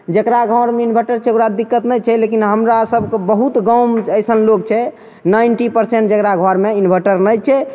जकरा घरमे इन्वर्टर छै ओकरा दिक्कत नहि छै लेकिन हमरा सभके बहुत गाममे अइसन लोक छै नाइनटी परसेन्ट जकरा घरमे इन्वर्टर नहि छै